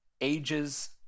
ages